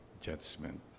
judgment